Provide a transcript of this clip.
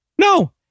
No